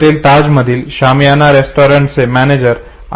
hotel ताजमधील शमियाना रेस्टॉरंटचे manager Shri